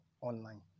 online